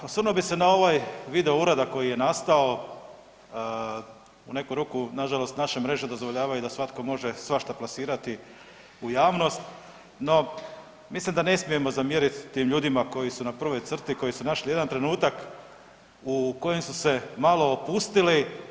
A osvrnuo bi se na ovaj video uradak koji je nastao, u neku ruku nažalost naše mreže dozvoljavaju da svatko može svašta plasirati u javnost, no mislim da ne smijemo zamjerit tim ljudima koji su na prvoj crti koji su našli jedan trenutak u kojem su se malo opustili.